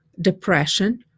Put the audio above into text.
depression